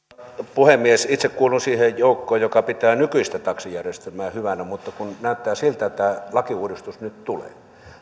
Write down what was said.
puhemies itse kuulun siihen joukkoon joka pitää nykyistä taksijärjestelmää hyvänä mutta kun näyttää siltä että lakiuudistus nyt tulee